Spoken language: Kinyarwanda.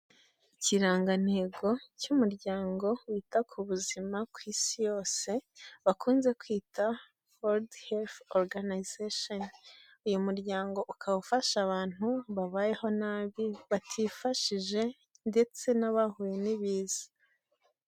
Ikirangantego cy'umuryango wita ku buzima ku isi yose bakunze kwita wodi herifu oganayizesheni, uyu muryango ukaba ufasha abantu babayeho nabi batifashije ndetse n'abahuye n'ibiza.